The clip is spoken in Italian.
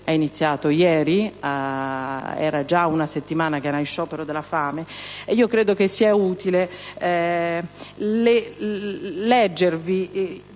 ha iniziato ieri, e da una settimana è in sciopero della fame. E io credo che sia utile leggervi